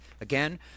Again